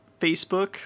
Facebook